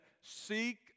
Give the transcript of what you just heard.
seek